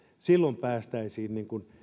silloin päästäisiin